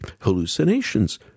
hallucinations